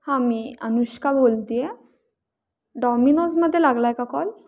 हां मी अनुष्का बोलते आहे डॉमिनोजमध्ये लागला आहे का कॉल